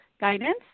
guidance